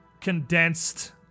condensed